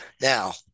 Now